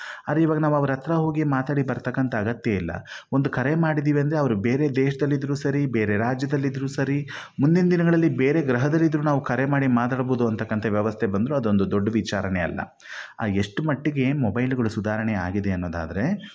ಆದರೆ ಇವಾಗ ಅವರ ಹತ್ರ ಹೋಗಿ ಮಾತಾಡಿ ಬರ್ತಕ್ಕಂಥ ಅಗತ್ಯ ಇಲ್ಲ ಒಂದು ಕರೆ ಮಾಡಿದ್ದೀವಿ ಅಂದರೆ ಅವರು ಬೇರೆ ದೇಶ್ದಲ್ಲಿದ್ದರೂ ಸರಿ ಬೇರೆ ರಾಜ್ಯದಲ್ಲಿ ಇದ್ದರೂ ಸರಿ ಮುಂದಿನ ದಿನಗಳಲ್ಲಿ ಬೇರೆ ಗ್ರಹದಲ್ಲಿ ಇದ್ದರೂ ನಾವು ಕರೆ ಮಾಡಿ ಮಾತಾಡ್ಬೋದು ಅಂಥಕ್ಕಂಥ ವ್ಯವಸ್ಥೆ ಬಂದರು ಅದೊಂದು ದೊಡ್ಡ ವಿಚಾರವೇ ಅಲ್ಲಾ ಆ ಎಷ್ಟು ಮಟ್ಟಿಗೆ ಏನು ಮೊಬೈಲ್ಗಳು ಸುಧಾರಣೆ ಆಗಿದೆ ಅನ್ನೋದಾದರೆ